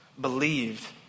believed